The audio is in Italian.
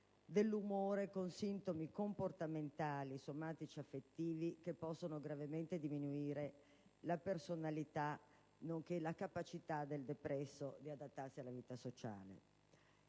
dell'umore con sintomi comportamentali, somatici e affettivi che possono gravemente diminuire la personalità, nonché la capacità del depresso di adattarsi alla vita sociale.